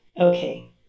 Okay